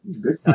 Good